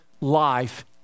life